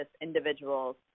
individuals